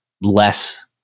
less